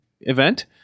event